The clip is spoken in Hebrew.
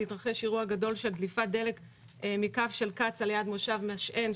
התרחש אירוע גדול של דליפת דלק מקו של קצא"א ליד מושב משען,